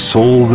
Soul